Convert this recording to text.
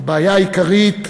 הבעיה העיקרית,